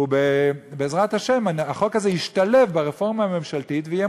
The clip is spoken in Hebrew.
ובעזרת השם החוק הזה ישתלב ברפורמה הממשלתית ויהיה